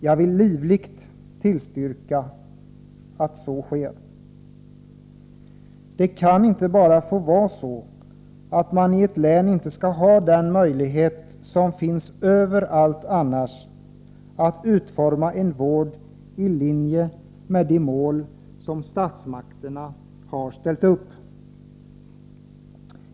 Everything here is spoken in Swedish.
Jag tillstyrker livligt att så sker. Det kan bara inte få vara så, att man i ett län inte skall ha samma möjligheter som alla andra län har då det gäller att utforma en vård i linje med de mål som statsmakterna satt upp.